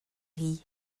rient